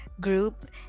group